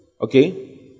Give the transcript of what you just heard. okay